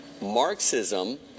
Marxism